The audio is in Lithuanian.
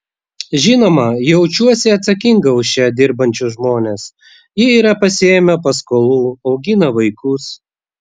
žinoma jaučiuosi atsakinga už čia dirbančius žmones jie yra pasiėmę paskolų augina vaikus